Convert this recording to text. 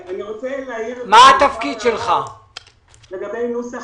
רוצה להרגיע ולומר שבכל סוגי התביעות האזרחיות יש התיישנות של שבע